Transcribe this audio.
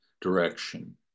direction